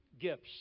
gifts